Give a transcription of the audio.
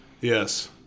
Yes